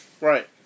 Right